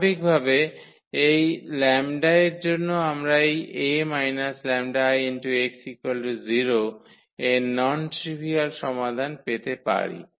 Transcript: স্বাভাবিকভাবে এই 𝜆 এর জন্য আমরা এই 𝐴 𝜆𝐼 𝑥 0 এর নন ট্রিভিয়াল সমাধান পেতে পারি